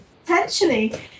potentially